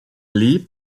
lee